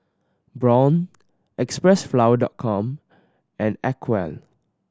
Braun Xpressflower Dot Com and Acwell